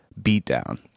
beatdown